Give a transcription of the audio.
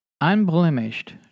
unblemished